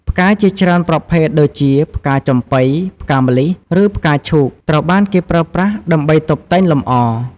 ផ្កាជាច្រើនប្រភេទដូចជា ផ្កាចំប៉ី ផ្កាម្លិះ ឬផ្កាឈូក ត្រូវបានគេប្រើប្រាស់ ដើម្បីតុបតែងលម្អ។